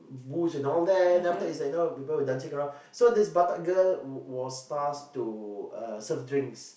booze and all that then after is that you know people were dancing around so this batak girl was was tasked to uh serve drinks